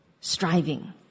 striving